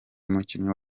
umukinnyi